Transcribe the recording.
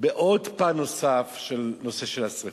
פן נוסף בנושא של השרפה.